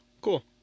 Cool